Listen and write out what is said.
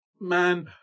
man